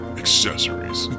accessories